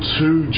two